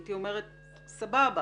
הייתי אומרת סבבה.